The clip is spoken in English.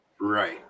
right